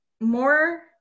more